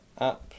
app